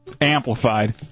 amplified